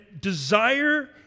desire